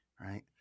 right